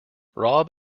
rob